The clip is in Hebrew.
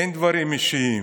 אין דברים אישיים.